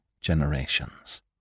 generations